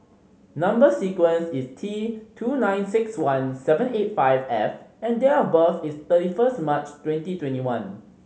number sequence is T two nine six one seven eight five F and date of birth is thirty first March twenty twenty one